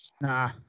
Nah